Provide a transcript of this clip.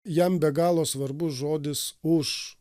jam be galo svarbus žodis už